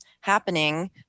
happening